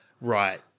Right